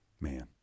Man